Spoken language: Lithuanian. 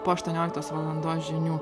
po aštuonioliktos valandos žinių